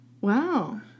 Wow